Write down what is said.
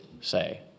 say